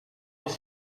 was